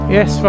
Yes